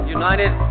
united